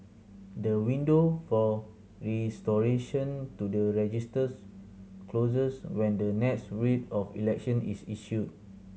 the window for restoration to the registers closes when the next Writ of Election is issued